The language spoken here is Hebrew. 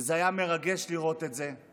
וזה היה מרגש לראות את זה,